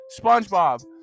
SpongeBob